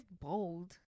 bold